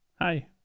hi